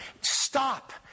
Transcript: Stop